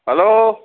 hello